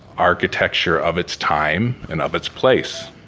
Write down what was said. architecture of its time and of its place.